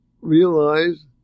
realize